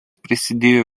prisidėjo